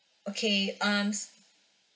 okay um